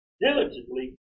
diligently